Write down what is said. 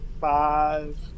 five